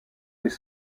des